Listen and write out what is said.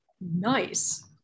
Nice